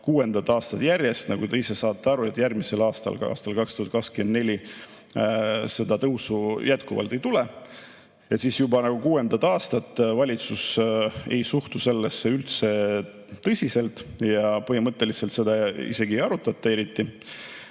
kuuendat aastat järjest – nagu te isegi saate aru, ka järgmisel aastal, aastal 2024 seda tõusu jätkuvalt ei tule – valitsus ei suhtu sellesse üldse tõsiselt ja põhimõtteliselt seda isegi ei arutata eriti,